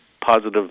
positive